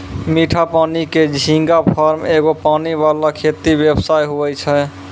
मीठा पानी के झींगा फार्म एगो पानी वाला खेती व्यवसाय हुवै छै